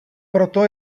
proto